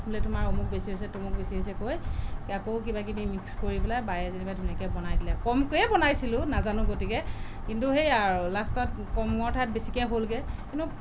বোলে তোমাৰ অমুক বেছি হৈছে তমুক বেছি হৈছে কৈ আকৌ কিবাকিবি মিক্স কৰি পেলাই বায়ে যেনিবা ধুনীয়াকৈ বনাই দিলে কমকৈয়ে বনাইছিলোঁ নাজানো গতিকে কিন্তু সেয়াই আৰু লাষ্টত কমৰ ঠাইত বেছিকৈ হ'লগৈ কিন্তু